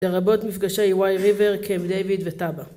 ‫לרבות מפגשי וואי ריבר, ‫קמפ דיוויד וטאבה.